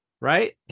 right